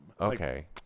Okay